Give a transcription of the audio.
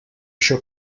això